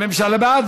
הממשלה בעד,